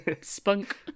Spunk